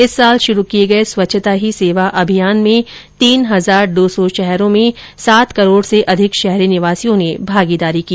इस वर्ष आरम्म किये गये स्वच्छता ही सेवा अभियान में तीन हजार दो सौ शहरों में सात करोड़ से अधिक शहरी निवासियों ने भागीदारी की